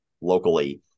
locally